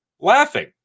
Laughing